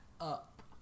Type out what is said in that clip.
up